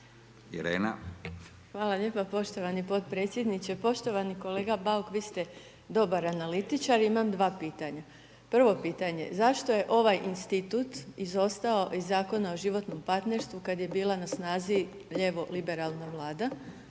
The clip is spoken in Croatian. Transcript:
(HDZ)** Hvala lijepo poštovani potpredsjedniče. Poštovani kolega Bauk, vi ste dobar analitičar i imam 2 pitanja, prvo pitanje zašto je ovaj institut izostaje iz Zakona o životnom partnerstvu, kada je bila na snazi lijevo liberalna vlada,